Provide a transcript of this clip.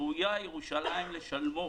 שראויה ירושלים לשלמו